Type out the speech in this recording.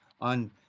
on